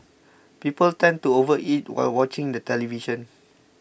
people tend to overeat while watching the television